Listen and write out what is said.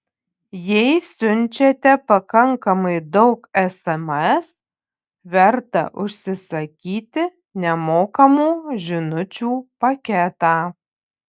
jei siunčiate pakankamai daug sms verta užsisakyti nemokamų žinučių paketą